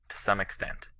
to some extent.